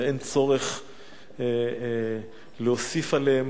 ואין צורך להוסיף עליהם